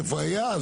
איפה היה,